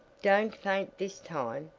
don't faint this time,